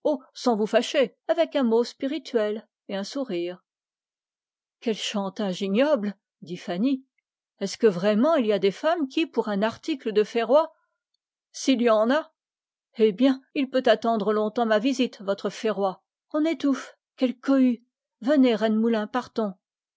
sans vous fâcher avec un mot spirituel et un sourire quel chantage ignoble dit fanny est-ce que vraiment il y a des femmes qui pour un article de ferroy s'il y en a eh bien il peut attendre longtemps ma visite votre ferroy on étouffe quelle cohue venez rennemoulin partons